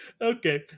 Okay